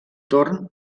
torn